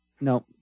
No